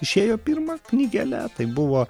išėjo pirma knygele tai buvo